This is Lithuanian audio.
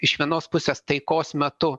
iš vienos pusės taikos metu